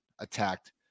attacked